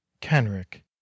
kenrick